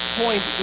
point